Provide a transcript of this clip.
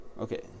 Okay